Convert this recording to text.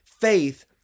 Faith